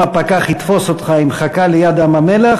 אם הפקח יתפוס אותך עם חכה ליד ים-המלח,